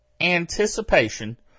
anticipation